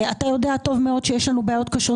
אתה יודע טוב מאוד שיש לנו בעיות קשות